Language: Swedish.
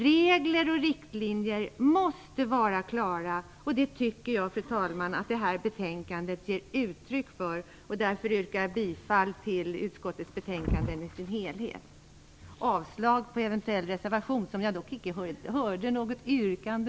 Regler och riktlinjer måste vara klara, och det tycker jag, fru talman, att detta betänkande ger uttryck för. Därför yrkar jag bifall till utskottets hemställan och avslag på eventuell reservation, på vilken jag icke hörde något yrkande.